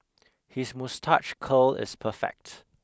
his moustache curl is perfect